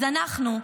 אז אנחנו,